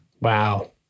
Wow